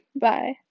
Bye